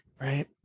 right